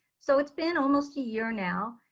so it s been almost a year now.